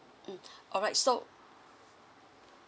mm alright so